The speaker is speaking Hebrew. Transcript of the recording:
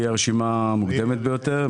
היא הרשימה המוקדמת ביותר,